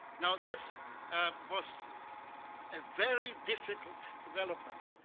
now, this was a very difficult development.